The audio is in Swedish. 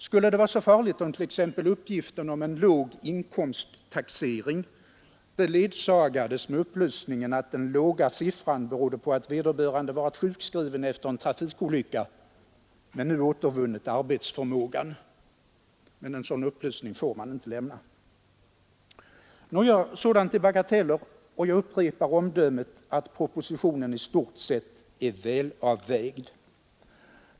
Skulle det vara så farligt om t.ex. uppgiften om låg inkomsttaxering beledsagades av upplysningen att den låga siffran berodde på att vederbörande varit sjukskriven efter en trafikolycka men nu återvunnit arbetsförmågan? En sådan upplysning får man inte lämna. Nåja, sådant är bagateller, och jag upprepar omdömet att propositionen i stort sett är väl avvägd.